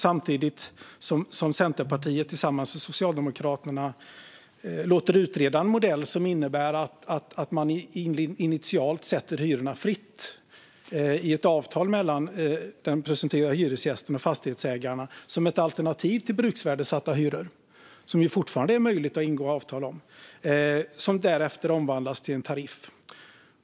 Samtidigt låter Centerpartiet tillsammans med Socialdemokraterna utreda en modell som innebär att man initialt sätter hyrorna fritt i ett avtal mellan den presumtiva hyresgästen och fastighetsägarna - som ett alternativ till bruksvärdessatta hyror, som det fortfarande är möjligt att ingå avtal om - som därefter omvandlas till en tariff.